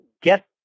get